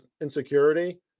insecurity